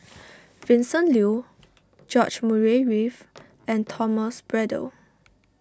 Vincent Leow George Murray Reith and Thomas Braddell